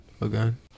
again